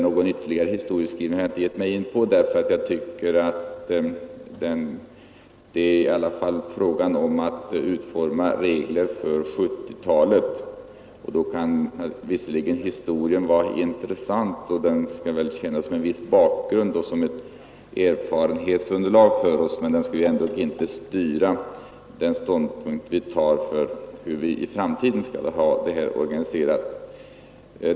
Någon ytterligare historieskrivning har jag inte gett mig in på därför att jag tycker att det i alla fall är fråga om att utforma regler för 1970-talet. Då kan visserligen historien vara intressant och tjäna som en viss bakgrund och som ett erfarenhetsunderlag för oss. Men den skall ju ändå inte styra den ståndpunkt vi intar när det gäller hur vi i framtiden skall ha arbetslöshetsskyddet organiserat.